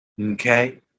okay